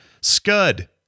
Scud